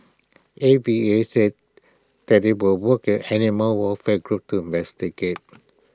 A V A said that IT would work animal welfare groups to investigate